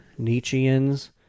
Nietzscheans